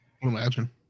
Imagine